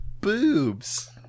boobs